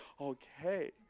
Okay